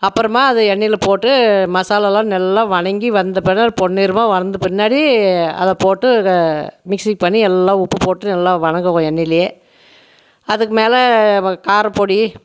அப்புறமா அதை எண்ணெயில் போட்டு மசாலால்லாம் நல்லா வதக்கி வந்த பிறகு பொன் நிறமாக வந்த பின்னாடி அதை போட்டு மிக்சிங் பண்ணி எல்லாம் உப்பு போட்டு நல்லா வதங்கணும் எண்ணெயிலேயே அதுக்கு மேலே காரப்பொடி